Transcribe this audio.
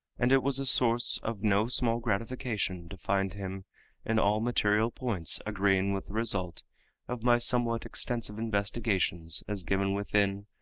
and it was a source of no small gratification to find him in all material points agreeing with the result of my somewhat extensive investigations as given within,